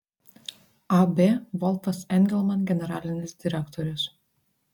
ab volfas engelman generalinis direktorius